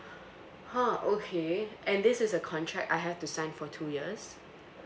ha okay and this is a contract I have to sign for two years